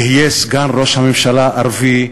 יהיה סגן ראש הממשלה ערבי,